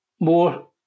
more